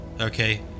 Okay